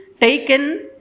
taken